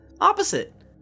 Opposite